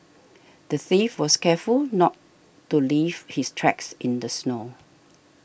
the thief was careful not to leave his tracks in the snow